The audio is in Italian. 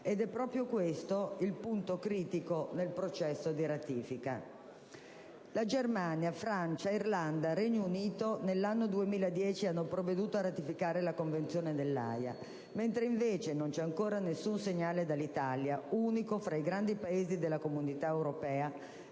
ed è proprio questo il punto critico nel processo di ratifica. Germania, Francia, Irlanda e Regno Unito nell'anno 2010 hanno provveduto a ratificare la Convenzione dell'Aja, mentre invece non c'è ancora nessun segnale dall'Italia, unico tra i grandi Paesi della Comunità europea